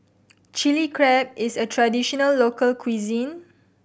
Chili Crab is a traditional local cuisine